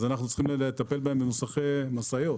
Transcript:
אנחנו צריכים לטפל בהן במוסכי משאיות.